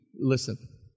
listen